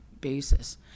basis